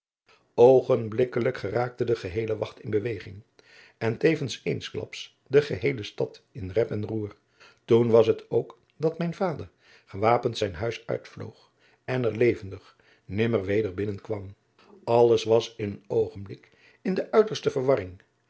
oogenblikkelijk geraakte de geheele wacht in beweging en tevens eensklaps de geheele stad in rep en roer toen was het ook dat mijn vader gewapend zijn huis uitvloog en er levendig nimmer weder binnen kwam alles was in een oogenblik in de uiterste verwarring